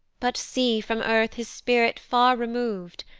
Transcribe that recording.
but see from earth his spirit far remov'd,